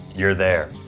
you're there.